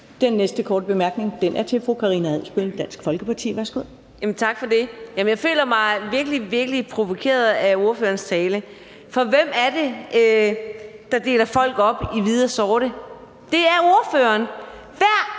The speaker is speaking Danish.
Den næste korte bemærkning er til Karina Adsbøl, Dansk Folkeparti. Værsgo. Kl. 22:01 Karina Adsbøl (DF): Tak for det. Jeg føler mig virkelig, virkelig provokeret af ordførerens tale. For hvem er det, der deler folk op i hvide og sorte? Det er ordføreren! Hver